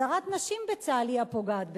הדרת נשים בצה"ל היא הפוגעת בצה"ל.